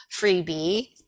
freebie